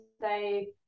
say